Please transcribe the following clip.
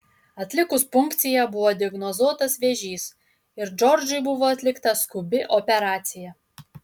atlikus punkciją buvo diagnozuotas vėžys ir džordžui buvo atlikta skubi operacija